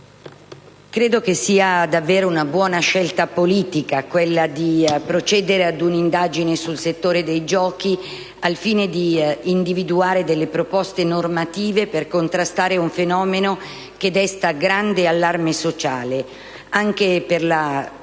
credo sia davvero una buona scelta politica quella di procedere ad una indagine sul settore dei giochi al fine di individuare proposte normative per contrastare un fenomeno che desta grande allarme sociale, anche per la